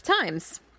times